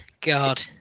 God